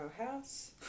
House